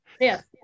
Yes